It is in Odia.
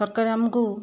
ସରକାରେ ଆମକୁ